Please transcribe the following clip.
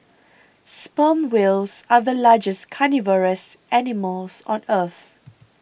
sperm whales are the largest carnivorous animals on earth